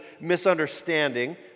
misunderstanding